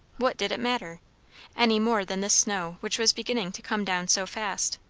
what did it matter any more than this snow which was beginning to come down so fast.